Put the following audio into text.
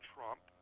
Trump